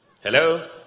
Hello